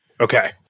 Okay